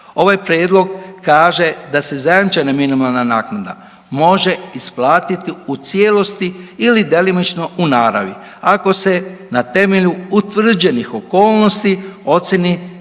Ovaj prijedlog kaže da se zajamčena minimalna naknada može isplatiti u cijelosti ili djelomično u naravi ako se na temelju utvrđenih okolnosti ocijeni ili